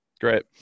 Great